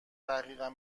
تحقیقم